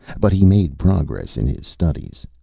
but he made progress in his studies.